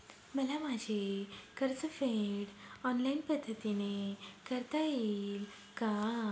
मला माझे कर्जफेड ऑनलाइन पद्धतीने करता येईल का?